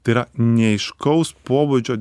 tai yra neaiškaus pobūdžio